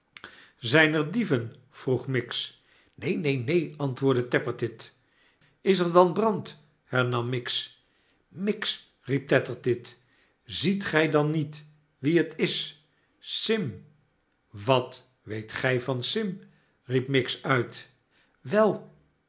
zijn er dieven vroeg miggs neen neen neen antwoordde tappertit is er dan brand hernam miggs miggs riep tappertit sziet gij dan niet wie het is sim wat weet gij van sim riep miggs uit wel